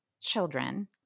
children